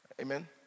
Amen